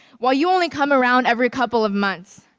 while you only come around every couple of months.